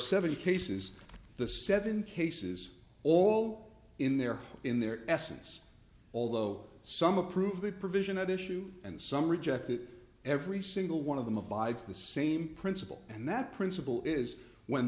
seven cases the seven cases all in their in their essence although some approved the provision at issue and some rejected every single one of them abides the same principle and that principle is when